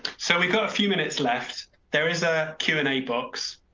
so we got a few minutes left. there is a queue in a box.